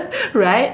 right